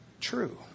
true